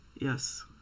Yes